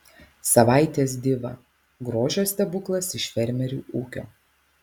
savaitės diva grožio stebuklas iš fermerių ūkio